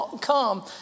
come